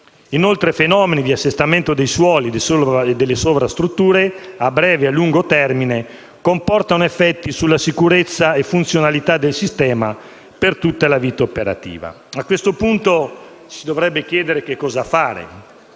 Inoltre, fenomeni di assestamento dei suoli e delle sovrastrutture a breve e lungo termine comportano effetti sulla sicurezza e funzionalità del sistema per tutta la vita operativa. A questo punto si dovrebbe chiedere cosa fare,